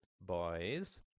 boys